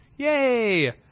yay